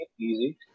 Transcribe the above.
easy